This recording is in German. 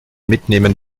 mitnehmen